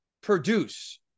produce